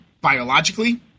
biologically